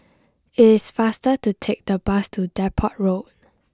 it is faster to take the bus to Depot Road